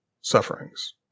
sufferings